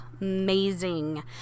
amazing